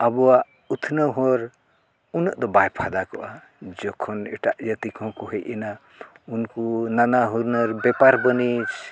ᱟᱵᱚᱣᱟᱜ ᱩᱛᱱᱟᱹᱣ ᱦᱚᱲ ᱩᱱᱟᱹᱜ ᱫᱚ ᱵᱟᱭ ᱯᱷᱟᱫᱟ ᱠᱚᱜᱼᱟ ᱡᱚᱠᱷᱚᱱ ᱮᱴᱟᱜ ᱡᱟᱹᱛᱤ ᱠᱚᱦᱚᱸ ᱠᱚ ᱦᱮᱡ ᱮᱱᱟ ᱩᱱᱠᱩ ᱱᱟᱱᱟ ᱦᱩᱱᱟᱹᱨ ᱵᱮᱯᱟᱨ ᱵᱟᱹᱱᱤᱡᱽ